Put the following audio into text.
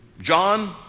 John